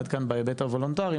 עד כאן בהיבט הוולונטרי,